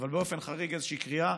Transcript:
אבל באופן חריג איזושהי קריאה